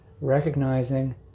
recognizing